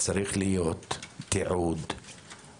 צריך להיות תיעוד של זה.